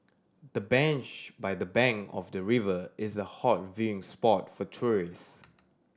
the bench by the bank of the river is a hot viewing spot for tourists